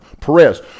Perez